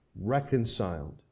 reconciled